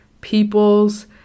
peoples